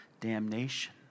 damnation